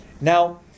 Now